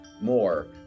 more